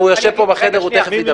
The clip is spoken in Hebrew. הינה, הוא יושב פה בחדר, הוא תיכף ידבר.